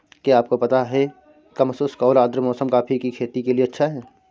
क्या आपको पता है कम शुष्क और आद्र मौसम कॉफ़ी की खेती के लिए अच्छा है?